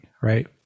right